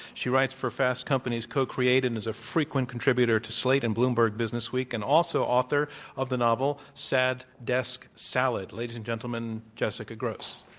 she writes for fast company's co. create and is a frequent contributor to slate and bloomberg businessweek. and also author of the novel sad desk salad. ladies and gentlemen, jessica grose.